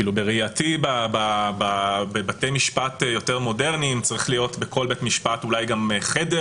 בראייתי בבתי משפט יותר מודרניים צריך להיות בכל בית משפט אולי גם חדר.